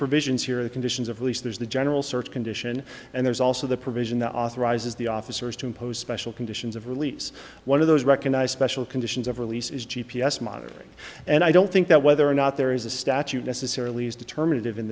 provisions here the conditions of release there's the general search condition and there's also the provision that authorizes the officers to impose special conditions of release one of those recognized special conditions of release is g p s monitoring and i don't think that whether or not there is a statute necessarily as determinant of in